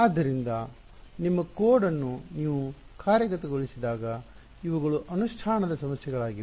ಆದ್ದರಿಂದ ನಿಮ್ಮ ಕೋಡ್ ಅನ್ನು ನೀವು ಕಾರ್ಯಗತಗೊಳಿಸಿದಾಗ ಇವುಗಳು ಅನುಷ್ಠಾನದ ಸಮಸ್ಯೆಗಳಾಗಿವೆ